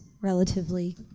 relatively